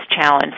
challenge